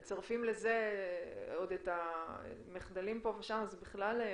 אם מצרפים לזה עוד את המחדלים פה ושם אז בכלל זה